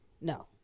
No